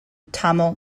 tamil